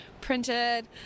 printed